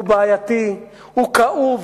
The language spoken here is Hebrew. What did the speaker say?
הוא בעייתי, הוא כואב.